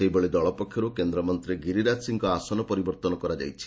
ସେହିଭଳି ଦଳ ପକ୍ଷରୁ କେନ୍ଦ୍ରମନ୍ତ୍ରୀ ଗିରିରାଜ ସିଂଙ୍କ ଆସନ ପରିବର୍ତ୍ତନ କରାଯାଇଛି